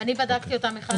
בדקתי אותם אחד-אחד.